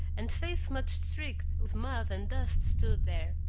and face much streaked with mud and dust stood there.